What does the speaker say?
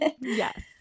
Yes